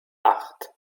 acht